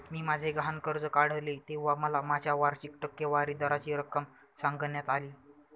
मी माझे गहाण कर्ज काढले तेव्हा मला माझ्या वार्षिक टक्केवारी दराची रक्कम सांगण्यात आली